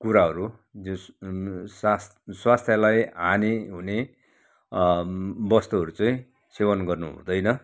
कुराहरू सास् स्वास्थ्यलाई हानी हुने वस्तुहरू चाहिँ सेवन गर्नु हुँदैन